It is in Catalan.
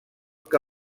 que